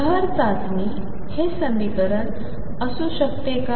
लहर चाचणीचे हे समीकरण असू शकते का